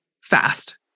fast